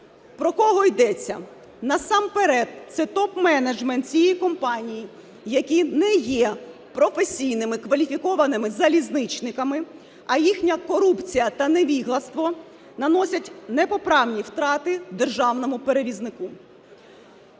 Про кого йдеться? Насамперед це топменеджмент цієї компанії, які не є професійними, кваліфікованими залізничниками, а їхня корупція та невігластво наносять непоправні втрати державному перевізнику.